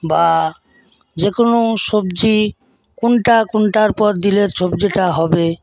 বা যেকোনো সবজি কোনটা কোনটার পর দিলে সবজিটা হবে